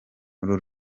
uru